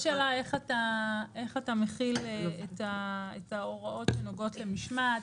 יש שאלה איך אתה מחיל את ההוראות שנוגעות למשמעת.